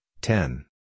ten